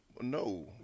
No